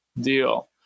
deal